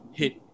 hit